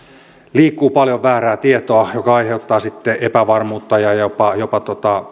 liikkuu paljon väärää tietoa joka aiheuttaa sitten epävarmuutta ja jopa jopa